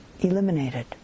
eliminated